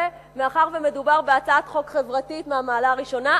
מאחר שמדובר בהצעת חוק חברתית מהמעלה הראשונה,